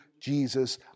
Jesus